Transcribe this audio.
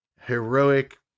heroic